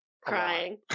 Crying